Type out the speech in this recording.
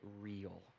real